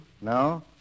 No